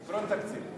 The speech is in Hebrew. יתרות תקציב.